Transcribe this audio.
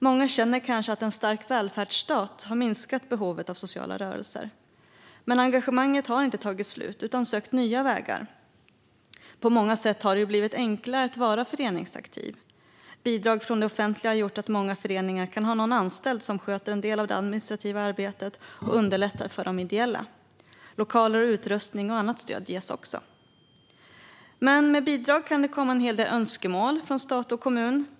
Många känner kanske att en stark välfärdsstat har minskat behovet av sociala rörelser. Men engagemanget har inte tagit slut utan sökt nya vägar. På många sätt har det blivit enklare att vara föreningsaktiv. Bidrag från det offentliga har gjort att många föreningar kan ha någon anställd som sköter en del av det administrativa arbetet och underlättar för de ideella. Lokaler, utrustning och annat stöd ges också. Men med bidrag kan det komma en hel del önskemål från stat och kommun.